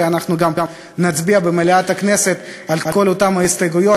ואנחנו גם נצביע במליאת בכנסת על כל אותן ההסתייגויות,